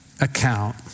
account